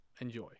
Enjoy